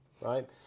right